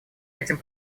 этим